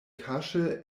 kaŝe